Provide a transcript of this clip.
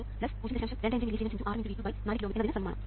25മില്ലിസീമെൻസ് x Rm x V2 4 kilo Ω എന്നതിനു സമമാണ്